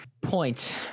point